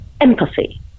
empathy